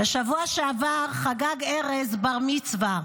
בשבוע שעבר חגג ארז בר מצווה,